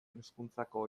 hezkuntzako